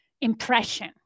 impression